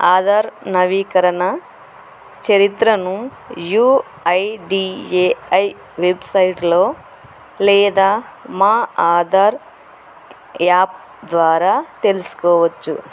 ఆధార్ నవీకరణ చరిత్రను UIDAI వెబ్సైట్లో లేదా మా ఆధార్ యాప్ ద్వారా తెలుసుకోవచ్చు